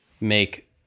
make